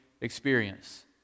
experience